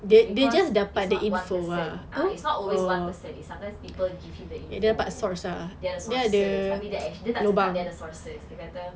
because it's not just one person ah it's not always one person it's sometimes people give him the info dia ada sources tapi dia tak cakap dia ada sources dia kata